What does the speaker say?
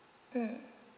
mm